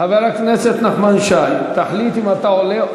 חבר הכנסת נחמן שי, תחליט אם אתה עולה.